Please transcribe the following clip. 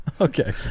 Okay